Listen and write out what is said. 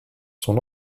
sont